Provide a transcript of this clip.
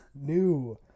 new